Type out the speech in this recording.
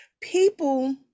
people